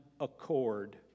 accord